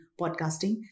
podcasting